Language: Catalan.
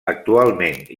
actualment